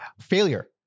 Failure